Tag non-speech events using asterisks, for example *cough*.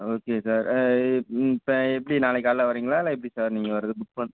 okay sir இப்போ எப்படி நாளைக்கு காலைல வர்றீங்களா இல்லை எப்படி சார் நீங்கள் வர்றது *unintelligible*